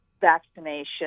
vaccination